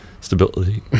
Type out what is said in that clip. stability